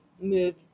move